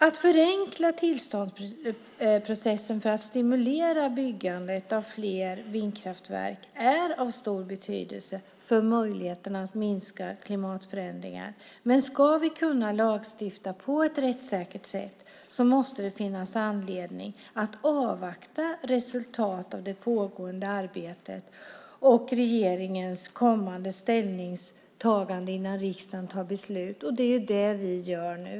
Att förenkla tillståndsprocessen för att stimulera byggande av fler vindkraftverk är av stor betydelse för möjligheterna att minska klimatförändringarna, men om vi ska kunna lagstifta på ett rättssäkert sätt måste det finnas anledning att avvakta resultatet av det pågående arbetet och regeringens kommande ställningstagande innan riksdagen tar beslut. Det är det vi gör nu.